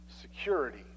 security